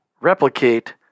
replicate